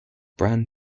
brand